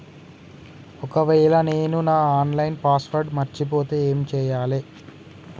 ఒకవేళ నేను నా ఆన్ లైన్ పాస్వర్డ్ మర్చిపోతే ఏం చేయాలే?